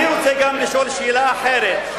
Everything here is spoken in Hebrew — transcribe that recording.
אני רוצה גם לשאול שאלה אחרת,